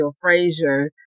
frazier